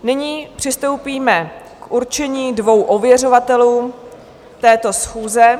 Nyní přistoupíme k určení dvou ověřovatelů této schůze.